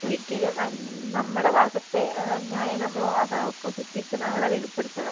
ഒരിക്കലും നമ്മുടെ ഭാഗത്തെ ന്യായം നമ്മൾ ഓപ്പോസിറ്റ് നിൽക്കുന്ന ആളെ വെളിപ്പെടുത്തണം